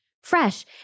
fresh